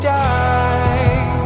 die